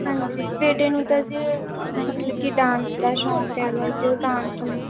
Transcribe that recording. ਹਾਂਜੀ ਬੇਟੇ ਨੂੰ ਤਾਂ ਜੀ ਉਹਦਾ ਮਤਲਬ ਕਿ ਡਾਂਸ ਦਾ ਸ਼ੌਂਕ ਹੈਗਾ ਜੀ ਉਹ ਡਾਂਸ ਨੂੰ